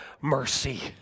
mercy